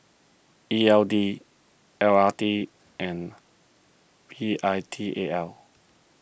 E L D L R T and V I T A L